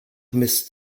mist